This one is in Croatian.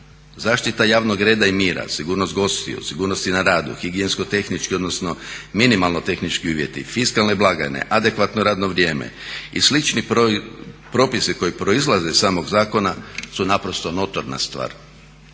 Zaštita javnog reda i mira, sigurnost gostiju, sigurnosti na radu, higijensko-tehnički odnosno minimalno tehnički uvjeti, fiskalne blagajne, adekvatno radno vrijeme i slični propisi koji proizlaze iz samog zakona su naprosto notorna stvar.